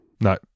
No